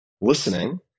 listening